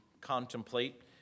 contemplate